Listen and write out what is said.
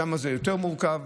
שם זה יותר מורכב,